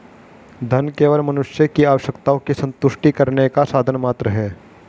धन केवल मनुष्य की आवश्यकताओं की संतुष्टि करने का साधन मात्र है